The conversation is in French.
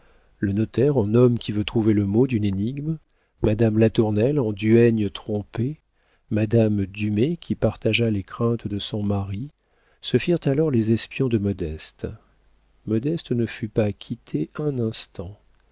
le notaire en homme qui veut trouver le mot d'une énigme madame latournelle en duègne trompée madame dumay qui partagea les craintes de son mari se firent alors les espions de modeste modeste ne fut pas quittée un instant